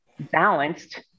balanced